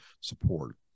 support